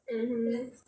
mmhmm